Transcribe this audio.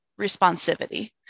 responsivity